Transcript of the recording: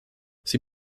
sie